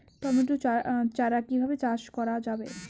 Tomato চারা কিভাবে চাষ করা যাবে?